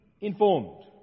informed